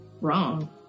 wrong